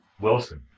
Wilson